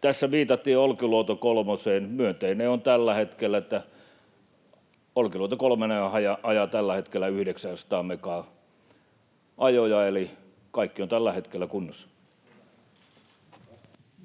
Tässä viitattiin Olkiluoto kolmoseen. Myönteistä on, että Olkiluoto kolmonenhan ajaa tällä hetkellä 900 megaa ajoja, eli kaikki on tällä hetkellä kunnossa.